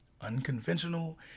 unconventional